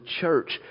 church